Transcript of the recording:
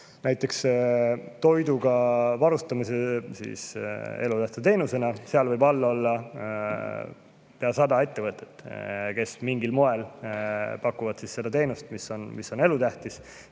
näiteks toiduga varustamine elutähtsa teenusena – seal võib olla pea 100 ettevõtet, kes mingil moel pakuvad seda teenust, mis on elutähtis.